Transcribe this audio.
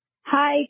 Hi